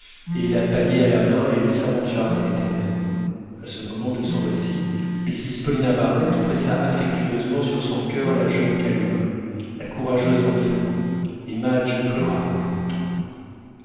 et la pagaie à la main elle s'aventura dans les ténèbres à ce moment de son récit mrs paulina barnett pressa affectueusement sur son coeur la jeune kalumah la courageuse enfant et madge pleura en l'écoutant